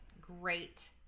great